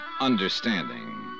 understanding